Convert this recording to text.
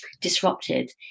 disrupted